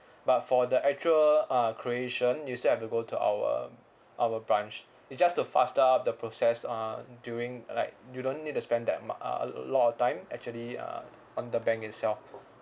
but for the actual uh creation you still have to go to our our branch it just to faster up the process uh during like you don't need to spend that mu~ uh a l~ l~ lot of time actually uh on the bank itself